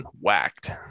whacked